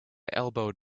elbowed